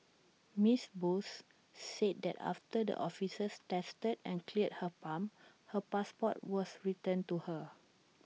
miss Bose said that after the officers tested and cleared her pump her passport was returned to her